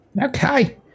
Okay